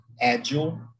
Agile